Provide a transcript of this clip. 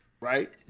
Right